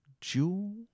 jewel